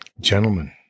Gentlemen